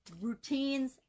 routines